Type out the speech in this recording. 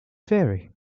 vary